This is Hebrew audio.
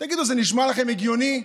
תגידו, זה נשמע לכם הגיוני?